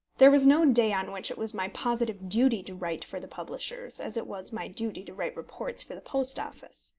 there was no day on which it was my positive duty to write for the publishers, as it was my duty to write reports for the post office.